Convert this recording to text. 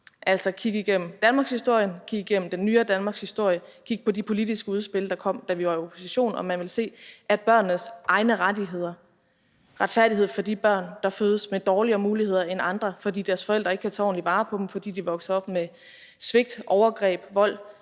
kan kigge på danmarkshistorien, også den nyere danmarkshistorie, man kan kigge på de politiske udspil, der kom, da vi var i opposition, og man vil se, at børnenes egne rettigheder, retfærdighed for de børn, der fødes med dårligere muligheder end andre, fordi deres forældre ikke kan tage ordentligt vare på dem, og fordi de er vokset op med svigt, overgreb og vold,